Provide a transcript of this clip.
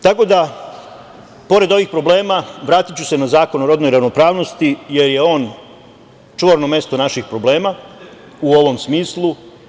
Pored ovih problema, vratiću se na Zakon o rodnoj ravnopravnosti, jer je on čvorno mesto naših problema u ovom smislu.